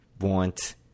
want